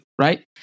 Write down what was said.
right